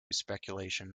speculation